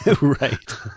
right